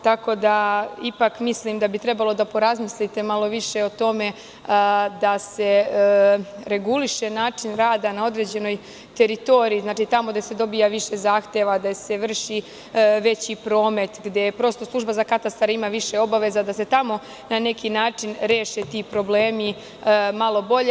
Tako da, ipak mislim da bi trebalo malo više da porazmislite o tome, da se reguliše način rada na određenoj teritoriji, znači tamo gde se dobija više zahteva, gde se vrši veći promet, gde služba za katastar ima više obaveza, da se tamo na neki način reše ti problemi, malo bolje.